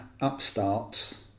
upstarts